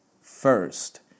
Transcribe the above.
first